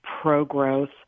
pro-growth